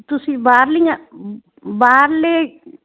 ਤੁਸੀਂ ਬਾਹਰਲੀਆਂ ਬਾਹਰਲੇ